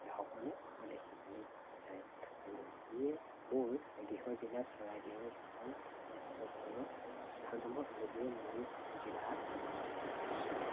সঘনে অহা দেখিবলৈ পোৱা যায় আৰু ইয়ে মোৰ গৃহজিলা চৰাইদেউৰ ঐতিহ্য়পূৰ্ণ স্থানসমূহ আৰু ইয়ে মোৰ জিলাক প্ৰতিনিধিত্ব কৰিছে